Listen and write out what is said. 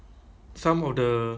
you cannot mix right